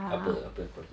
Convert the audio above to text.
apa apa yang cons dia